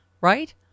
right